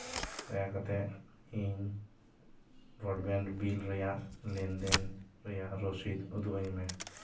ᱫᱟᱭᱟᱠᱟᱛᱮ ᱤᱧ broadband bill ᱨᱮᱭᱟᱜ ᱞᱮᱱᱫᱮᱱ ᱨᱮᱭᱟᱜ ᱨᱚᱥᱤᱫ ᱩᱫᱩᱜ ᱟᱹᱧ ᱢᱮ